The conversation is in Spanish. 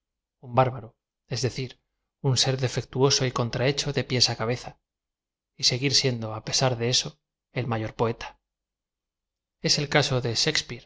bárbaro es decir un ser defectuoso y contrahecho de pies á cabeza y seguir siendo á pesar de eso el mayor poeta es el caso de